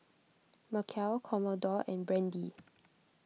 Macel Commodore and Brandy